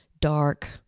dark